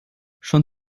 schon